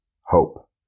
Hope